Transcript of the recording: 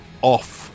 off